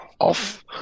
off